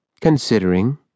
considering